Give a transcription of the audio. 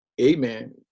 amen